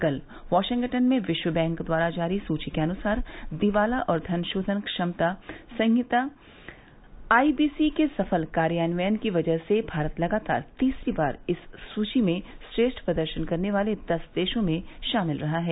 कल वाशिंगटन में विश्व बैंक द्वारा जारी सूची के अनुसार दिवाला और धन शोघन अक्षमता संहिता आईबीसी के सफल कार्यान्वयन की वजह से भारत लगातार तीसरी बार इस सूची में श्रेष्ठ प्रदर्शन करने वाले दस देशों में शामिल रहा है